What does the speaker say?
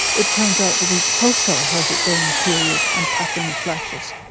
it turns out that each pulsar has its own period and pattern of flashes.